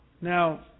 Now